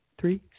three